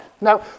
now